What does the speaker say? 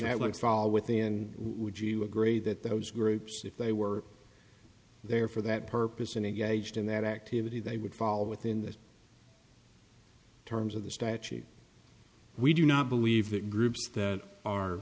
not like fall within would you agree that those groups if they were there for that purpose and engaged in that activity they would fall within the terms of the statute we do not believe that groups that are